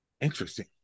Interesting